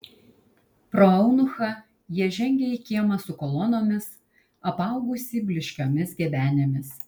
pro eunuchą jie žengė į kiemą su kolonomis apaugusį blyškiomis gebenėmis